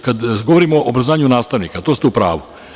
Kada govorimo o obrazovanju nastavnika, to ste u pravu.